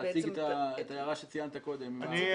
את ההערה שציינת קודם.